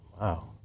wow